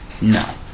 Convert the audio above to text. no